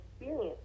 experience